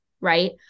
right